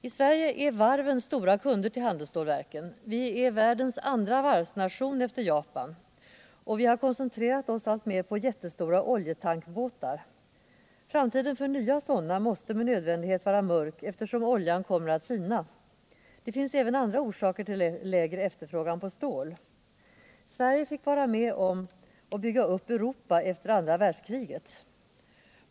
I Sverige är varven stora kunder till handelsstålverken. Vi är världens andra varvsnation näst efter Japan, och vi har koncentrerat oss alltmer på jättestora oljetankbåtar. Framtiden för nya sådana fartyg måste emellertid med nödvändighet vara mörk, eftersom oljan kommer att sina. Det finns även andra orsaker till lägre efterfrågan på stål. Sverige fick vara med och bygga upp Europa efter andra världskriget.